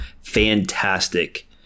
fantastic